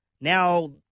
Now